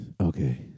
Okay